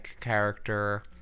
character